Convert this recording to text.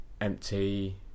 empty